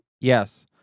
yes